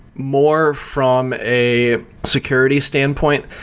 more from a security standpoint.